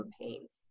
campaigns